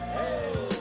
Hey